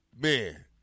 Man